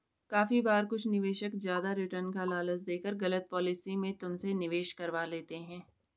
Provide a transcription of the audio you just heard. काफी बार कुछ निवेशक ज्यादा रिटर्न का लालच देकर गलत पॉलिसी में तुमसे निवेश करवा लेते हैं